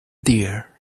deer